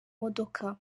modoka